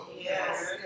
Yes